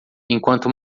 enquanto